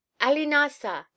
Alinasa